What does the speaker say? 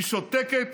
היא שותקת